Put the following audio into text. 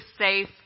safe